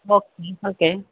okay okay